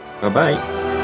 Bye-bye